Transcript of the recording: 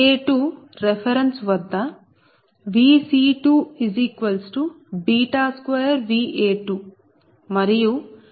Va2 reference వద్ద Vc22Va2 మరియు Vb2βVa2